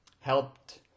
helped